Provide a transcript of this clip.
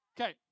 Okay